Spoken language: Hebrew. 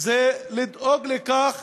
זה לדאוג לכך